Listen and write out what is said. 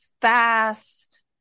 fast